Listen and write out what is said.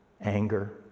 anger